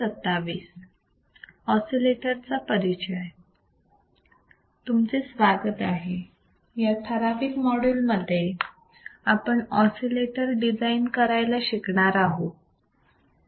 तुमचे स्वागत आहे या ठराविक मॉड्यूल मध्ये आपण ऑसिलेटर डिझाईन करायला शिकणार आहोत